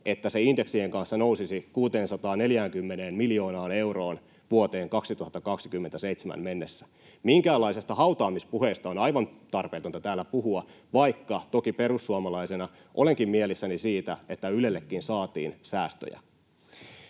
että se indeksien kanssa nousisi 640 miljoonaan euroon vuoteen 2027 mennessä. Minkäänlaisesta hautaamispuheesta on aivan tarpeetonta täällä puhua, vaikka toki perussuomalaisena olenkin mielissäni siitä, että Ylellekin saatiin säästöjä.